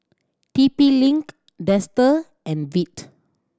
T P Link Dester and Veet